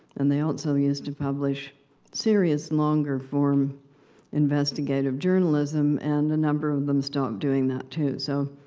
and they also used to publish serious longer-form investigative journalism. and a number of them stopped doing that, too. so,